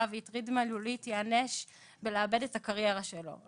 והטריד מילולית ייענש בלאבד את הקריירה שלו,